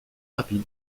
rapide